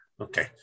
Okay